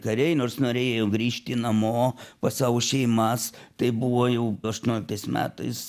kariai nors norėjo grįžti namo pas savo šeimas tai buvo jau aštuonioliktais metais